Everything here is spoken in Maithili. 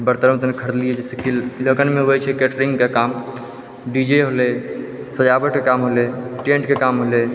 बर्तन उरतन खरीदलियै जे लगनमे होइ छै कैटरिंगके काम डीजे होलै सजावटके काम होलै टेन्ट के काम होलै